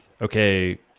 okay